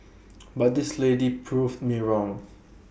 but this lady proved me wrong